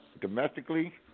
domestically